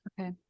Okay